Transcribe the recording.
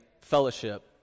fellowship